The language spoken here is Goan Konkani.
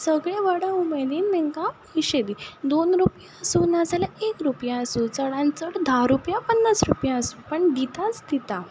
सगळे व्हडा उमेदीन तांकां पयशे दिता दोन रुपया आसूं नाजाल्यार एक रुपया आसूं चडान चड धा रुपया पन्नास रुपया आसूं पण दिताच दिता